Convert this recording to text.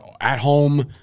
at-home